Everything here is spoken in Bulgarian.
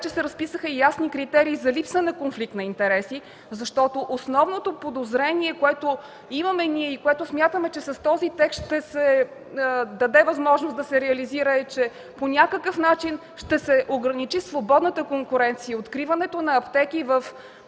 че се разписаха ясни критерии за липса на конфликт на интереси, защото основното подозрение, което имаме ние и което смятаме, че с този текст ще се даде възможност да се реализира, е, че по някакъв начин ще се ограничи свободната конкуренция, откриването на аптеки в